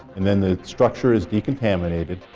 then the structure is decontaminated